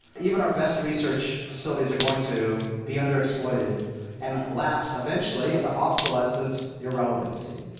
even our best research facilities are going to be underexploited and lapse eventually into obsolescent irrelevancy.